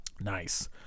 Nice